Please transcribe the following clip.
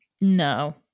No